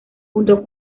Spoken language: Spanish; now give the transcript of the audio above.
junto